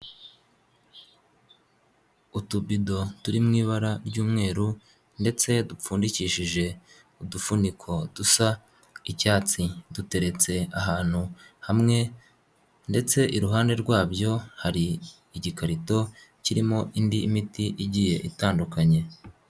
Utubido turi mu ibara ry'umweru ndetse dupfundikishije udufuniko dusa icyatsi duteretse ahantu hamwe ndetse iruhande rwabyo hari igikarito kirimo indi miti igiye itandukanye.